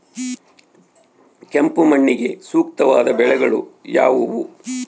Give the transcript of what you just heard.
ಕೆಂಪು ಮಣ್ಣಿಗೆ ಸೂಕ್ತವಾದ ಬೆಳೆಗಳು ಯಾವುವು?